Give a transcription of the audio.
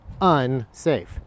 unsafe